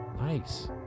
Nice